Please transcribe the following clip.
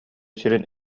сирин